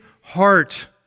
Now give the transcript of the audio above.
heart